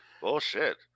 bullshit